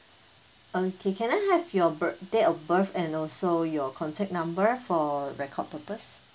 okay can I have your bir~ date of birth and also your contact number for record purpose